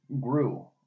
grew